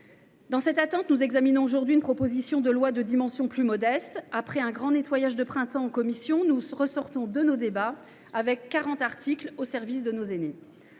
En attendant, nous examinons aujourd’hui une proposition de loi de dimension plus modeste. Après un grand nettoyage de printemps en commission, nous ressortons de nos débats avec quarante articles au service de nos aînés.